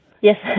Yes